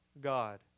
God